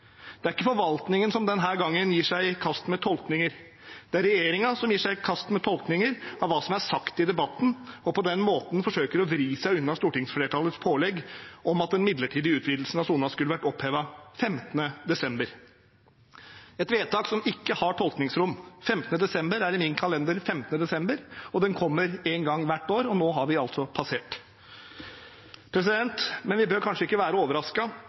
Det er ikke forvaltningen som denne gangen gir seg i kast med tolkninger. Det er regjeringen som gir seg i kast med tolkninger av hva som er sagt i debatten, og på den måten forsøker å vri seg unna stortingsflertallets pålegg om at den midlertidige utvidelsen av sonen skulle vært opphevet 15. desember – et vedtak som ikke har tolkningsrom. Den 15. desember er i min kalender 15. desember, den kommer én gang hvert år, og nå har vi altså passert den. Men vi bør kanskje ikke være